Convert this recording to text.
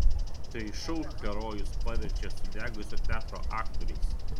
tai šou herojus paverčia sudegusio teatro aktoriais